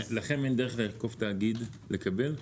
ולכן אין דרך לאכוף תאגיד לקבל?